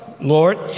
Lord